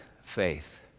faith